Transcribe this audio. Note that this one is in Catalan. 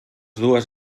dues